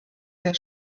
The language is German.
der